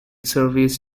services